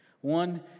One